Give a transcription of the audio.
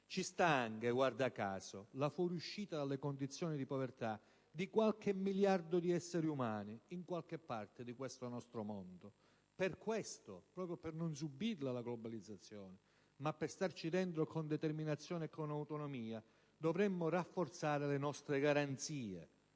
ci sta anche - guarda caso - la fuoriuscita dalle condizioni di povertà di qualche miliardo di esseri umani in qualche parte di questo nostro mondo. Proprio per questo, per non subire la globalizzazione, ma per starci dentro con determinazione e autonomia, dovremmo rafforzare le nostre garanzie.